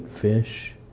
fish